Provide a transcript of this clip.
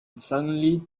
suddenly